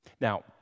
Now